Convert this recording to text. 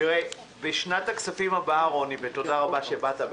רוני, תודה רבה שבאת.